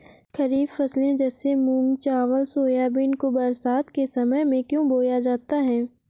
खरीफ फसले जैसे मूंग चावल सोयाबीन को बरसात के समय में क्यो बोया जाता है?